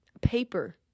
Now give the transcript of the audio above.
paper